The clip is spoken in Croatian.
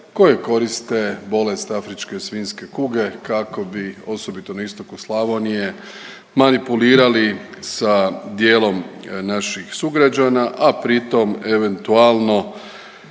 koje koriste bolest afričke svinjske kuge kako bi, osobito na istoku Slavonije manipulirali sa dijelom naših sugrađana, a pritom eventualno